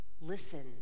listen